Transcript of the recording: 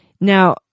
Now